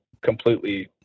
completely